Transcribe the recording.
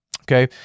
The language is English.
Okay